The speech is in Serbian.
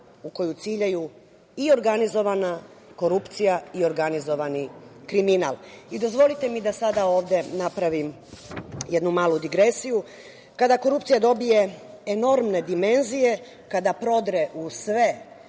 u koju ciljaju i organizovana korupcija i organizovani kriminal. Dozvolite mi da sada ovde napravim jednu malu digresiju, kada korupcija dobije enormne dimenzije, kada prodre u sve